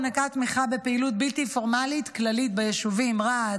הוענקה תמיכה בפעילות בלתי פורמלית כללית ביישובים רהט,